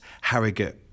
Harrogate